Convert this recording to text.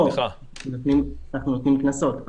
אנחנו מטילים קנסות.